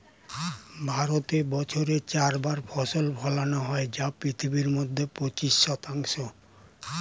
ভারতে বছরে চার বার ফসল ফলানো হয় যা পৃথিবীর মধ্যে পঁচিশ শতাংশ